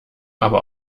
aber